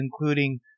including